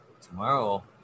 tomorrow